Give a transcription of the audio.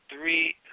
three